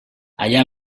allà